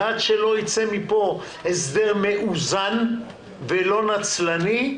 עד שלא יצא מפה הסדר מאוזן ולא נצלני,